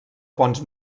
ponts